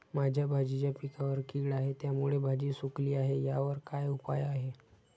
माझ्या भाजीच्या पिकावर कीड आहे त्यामुळे भाजी सुकली आहे यावर काय उपाय?